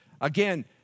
again